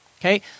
Okay